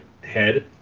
head